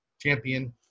champion